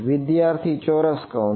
વિદ્યાર્થી ચોરસ કૌંસ